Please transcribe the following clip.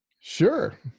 Sure